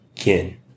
again